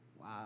Wow